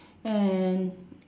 and